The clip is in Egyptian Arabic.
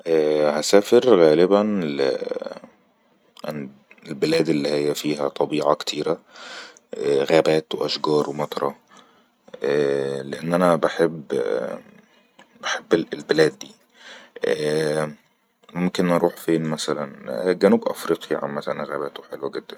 ايييع هسافر غالبن ل البلاد االلي فيها طبيعه كتيرة اااء غابات واشجار ومطره ااااء لأن انا بحب -بحب الب-البلاد دي اااء ممكن اروح فين مثلن في جنوب أفريقيا عمتن غاباته حلوة جدن